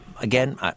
Again